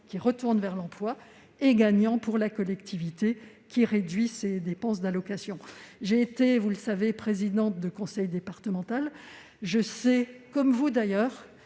qui retourne vers l'emploi ; gagnant pour la collectivité qui réduit ses dépenses d'allocation. Pour avoir été présidente de conseil départemental, je sais, comme vous, mesdames,